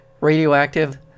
Radioactive